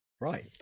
Right